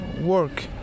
work